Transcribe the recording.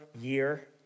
year